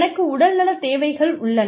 எனக்கு உடல்நலத் தேவைகள் உள்ளன